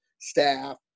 staff